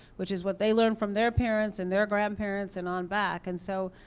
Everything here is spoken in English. which is what they learned from their parents and their grandparents, and on back. and so,